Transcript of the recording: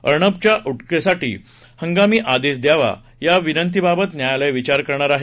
अर्णबच्या सुटकेसाठी हंगामी आदेश द्यावा या विनंतीबाबत न्यायालय विचार करणार आहे